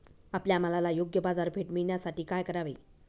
आपल्या मालाला योग्य बाजारपेठ मिळण्यासाठी काय करावे?